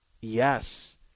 Yes